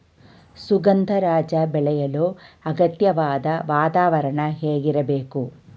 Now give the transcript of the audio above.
ಸುಗಂಧರಾಜ ಬೆಳೆಯಲು ಅಗತ್ಯವಾದ ವಾತಾವರಣ ಹೇಗಿರಬೇಕು?